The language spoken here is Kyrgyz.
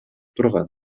турган